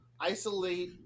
isolate